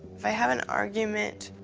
if i have an argument,